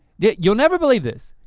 yeah you'll never believe this.